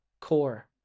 core